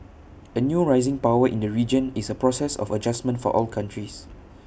A new rising power in the region is A process of adjustment for all countries